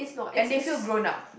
and they feel grown up